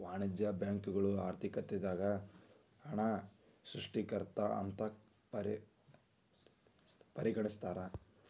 ವಾಣಿಜ್ಯ ಬ್ಯಾಂಕುಗಳನ್ನ ಆರ್ಥಿಕತೆದಾಗ ಹಣದ ಸೃಷ್ಟಿಕರ್ತ ಅಂತ ಪರಿಗಣಿಸ್ತಾರ